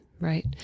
right